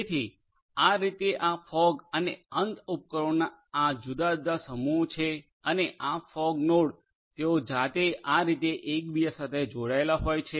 તેથી આ રીતે આ ફોગ અને અંત ઉપકરણોના આ જુદા જુદા સમૂહો છે અને આ ફોગ નોડ તેઓ જાતે આ રીતે એકબીજા સાથે જોડાયેલા હોય છે